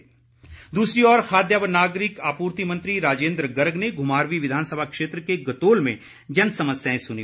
राजेन्द्र गर्ग दूसरी ओर खाद्य व नागरिक आपूर्ति मंत्री राजेन्द्र गर्ग ने घुमारवीं विधानसभा क्षेत्र के गतोल में जन समस्याएं सुनीं